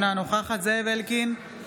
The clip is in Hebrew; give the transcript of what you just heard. נגד זאב אלקין, אינו